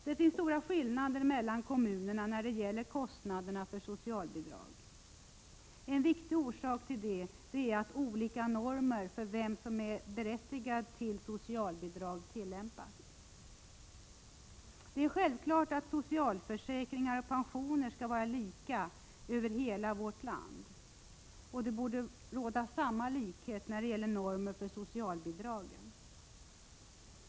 Det finns stora skillnader mellan kommunerna när det gäller kostnaderna för socialbidrag. En viktig orsak till detta är att olika normer för vem som är berättigad till socialbidrag tillämpas. Det är självklart att socialförsäkringar och pensioner skall vara lika över hela vårt land. Det borde råda samma likhet när det gäller normer för socialbidragen.